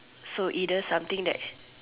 so either something that's